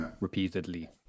repeatedly